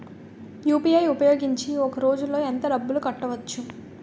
UPI ఉపయోగించి ఒక రోజులో ఎంత డబ్బులు కట్టవచ్చు?